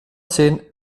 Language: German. sehen